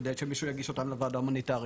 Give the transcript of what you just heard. כדי שמישהו יגיש אותם לוועדה ההומניטרית.